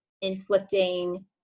inflicting